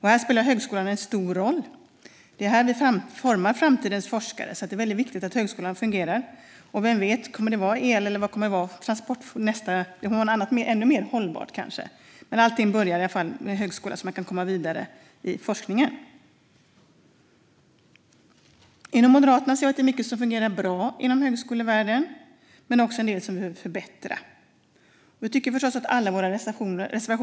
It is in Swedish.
Här spelar högskolan en stor roll. Det är här vi formar framtidens forskare. Det är väldigt viktigt att högskolan fungerar. Vem vet om det kommer att vara el eller kanske något ännu mer hållbart i framtiden. Allting börjar med högskolan så att man kan komma vidare i forskningen. Inom Moderaterna ser vi att det är mycket som fungerar bra inom högskolevärlden, men det finns också en del vi behöver förbättra. Vi tycker förstås att alla våra reservationer är bra.